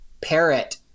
parrot